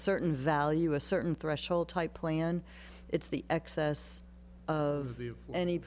certain value a certain threshold type plan it's the excess of any